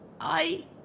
I